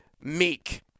meek